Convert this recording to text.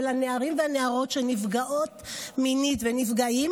לנערים ולנערות שנפגעים ונפגעות מינית,